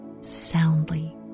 soundly